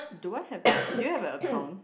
do I have to do you have a account